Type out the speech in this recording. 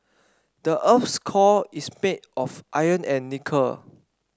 the earth's core is made of iron and nickel